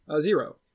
zero